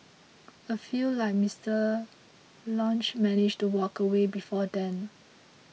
a few like Mister Lynch manage to walk away before then